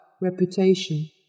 reputation